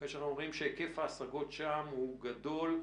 כאשר אנחנו אומרים שהיקף ההשגות שם הוא גדול.